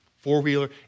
four-wheeler